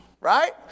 Right